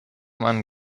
man